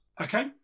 Okay